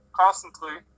constantly